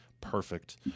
Perfect